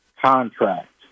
contract